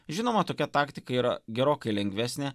žinoma tokia taktika yra gerokai lengvesnė